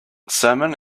salmon